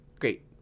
Great